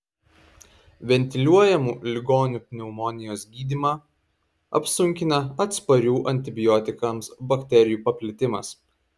ventiliuojamų ligonių pneumonijos gydymą apsunkina atsparių antibiotikams bakterijų paplitimas